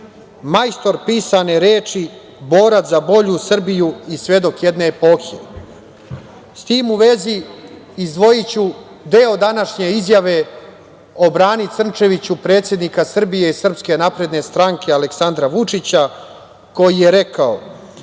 majstor pisane reči, borac za bolju Srbiju i svedok jedne epohe. S tim u vezi, izdvojiću deo današnje izjave o Brani Crnčeviću predsednika Srbije i Srpske napredne stranke Aleksandra Vučića, koji je rekao: